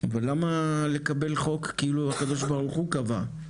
אבל למה לקבל חוק כאילו הקב"ה קבע,